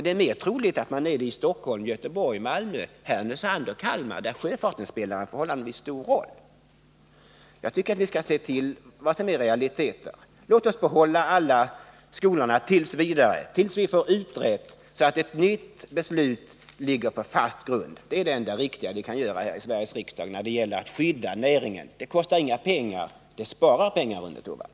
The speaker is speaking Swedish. Det är mer troligt att man är det i Stockholm, Göteborg, Malmö, Härnösand och Kalmar, där sjöfarten spelar en förhållandevis stor roll. Jag tycker att vi skall se till vad som är realiteter. Låt oss behålla alla skolorna tills vi får frågan utredd så att ett nytt beslut ligger på fast grund. Det är det enda riktiga vi kan göra här i Sveriges riksdag när det gäller att skydda näringen. Det kostar inga pengar. Det sparar pengar, Rune Torwald.